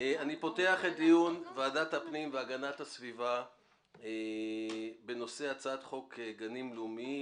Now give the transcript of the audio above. אני פותח את דיון ועדת הפנים והגנת הסביבה בנושא הצעת חוק גנים לאומיים,